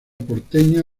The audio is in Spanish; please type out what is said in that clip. porteña